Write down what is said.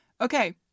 Okay